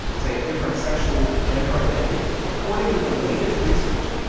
say, a different sexual or gender identity, according to the latest research,